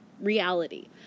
reality